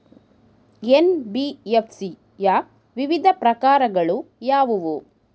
NBFC ಯ ವಿವಿಧ ಪ್ರಕಾರಗಳು ಯಾವುವು?